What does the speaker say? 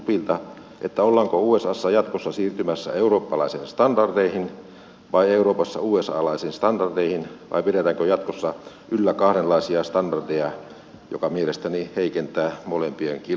kysyn ministeri stubbilta ollaanko usassa jatkossa siirtymässä eurooppalaisiin standardeihin vai euroopassa usalaisiin standardeihin vai pidetäänkö jatkossa yllä kahdenlaisia standardeja mikä mielestäni heikentää molempien kilpailuasemaa